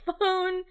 phone